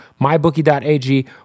MyBookie.ag